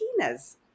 Tina's